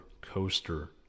coaster